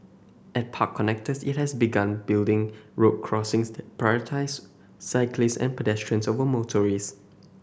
at park connectors it has begun building road crossings that prioritise cyclists and pedestrians over motorists